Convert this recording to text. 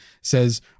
says